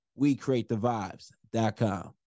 WeCreateTheVibes.com